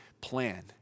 plan